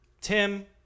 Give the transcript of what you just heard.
tim